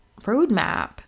roadmap